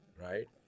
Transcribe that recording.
right